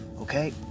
okay